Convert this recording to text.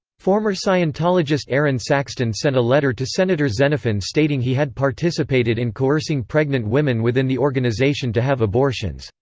former scientologist aaron saxton sent a letter to senator xenophon stating he had participated in coercing pregnant women within the organization to have abortions.